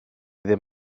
ddim